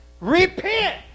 Repent